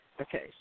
Okay